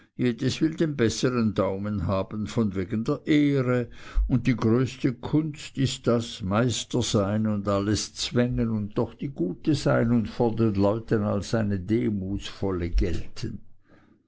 will den bessern daumen haben von wegen der ehre und die größte kunst ist das meister sein und alles zwängen und doch die gute sein und vor den leuten als eine demutsvolle gelten